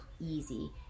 easy